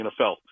NFL